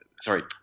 sorry